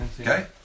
Okay